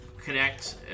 connect